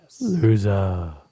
Loser